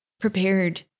prepared